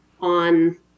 on